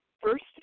First